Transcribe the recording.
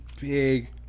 big